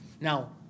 Now